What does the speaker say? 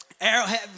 Arrowhead